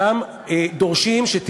אין להם שום רשת